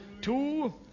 Two